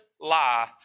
lie